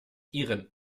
ihren